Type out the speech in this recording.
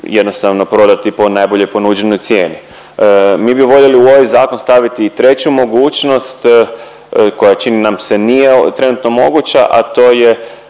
jednostavno prodati po najbolje ponuđenoj cijeni. Mi bi voljeli u ovaj zakon staviti i treću mogućnost koja čini nam se nije trenutno moguća, a to je